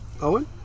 Owen